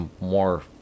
more